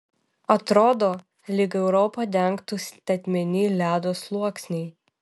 atrodo lyg europą dengtų statmeni ledo sluoksniai